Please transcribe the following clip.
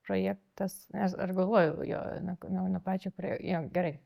projektas nes aš galvoju jo no no pačio jo gerai